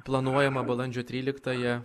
planuojama balandžio tryliktąją